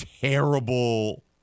terrible